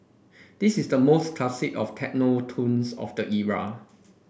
this is the most classic of techno tunes of the era